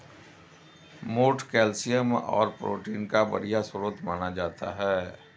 मोठ कैल्शियम और प्रोटीन का बढ़िया स्रोत माना जाता है